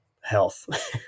health